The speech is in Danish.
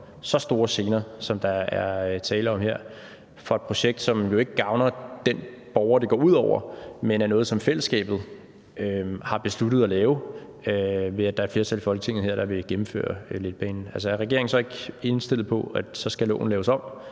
så store gener, som der er tale om her, for et projekt, som jo ikke gavner den borger, det går ud over, men er noget, som fællesskabet har besluttet at lave, ved at der er et flertal i Folketinget her, der vil gennemføre letbanen. Altså, er regeringen så ikke indstillet på, at loven skal laves om,